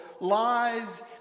lies